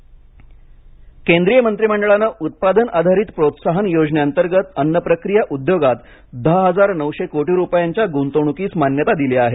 मंत्रिमंडळ निर्णय केंद्रीय मंत्रिमंडळाने उत्पादन आधारित प्रोत्साहन योजनेअंतर्गत अन्न प्रक्रिया उद्योगात दहा हजार नऊशे कोटी रुपयांच्या गुंतवणूकीस मान्यता दिली आहे